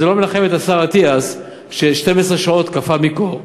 זה לא מנחם את השר אטיאס ש-12 שעות קפא מקור,